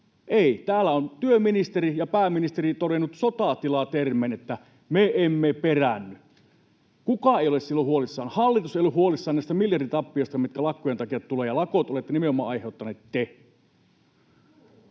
Ei, täällä ovat työministeri ja pääministeri todenneet sotatilatermein, että ”me emme peräänny”. Kukaan ei ollut silloin huolissaan, hallitus ei ollut huolissaan näistä miljarditappioista, mitkä lakkojen takia tulevat, ja lakot olette nimenomaan aiheuttaneet te.